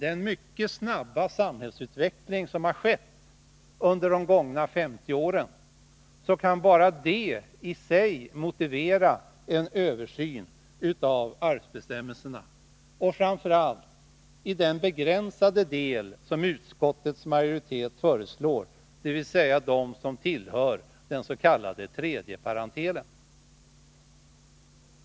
Den mycket snabba samhällsutveckling som skett under de gångna 50 åren kan i sig motivera en översyn av arvsbestämmelserna, framför allt i fråga om den begränsade del som utskottsmajoriteten behandlar och som gäller den s.k. tredje parentelen.